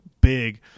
big